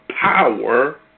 power